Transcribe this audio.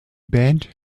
band